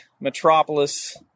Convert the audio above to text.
metropolis